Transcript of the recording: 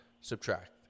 subtract